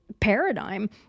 paradigm